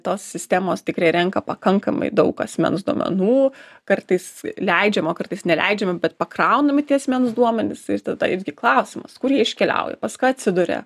tos sistemos tikrai renka pakankamai daug asmens duomenų kartais leidžiama o kartais neleidžiama bet pakraunami tie asmens duomenys ir tada irgi klausimas kur jie iškeliauja pas ką atsiduria